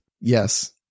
Yes